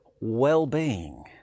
well-being